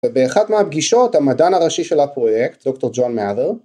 ובאחת מהפגישות המדען הראשי של הפרויקט, דוקטור ג'ון מאדר